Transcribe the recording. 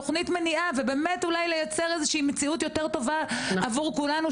תוכנית מניעה ואולי לייצר מציאות יותר טובה עבור כולנו,